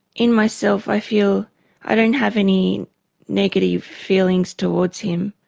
in myself i feel i don't have any negative feelings towards him,